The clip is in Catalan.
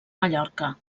mallorca